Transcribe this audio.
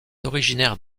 originaire